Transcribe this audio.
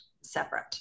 separate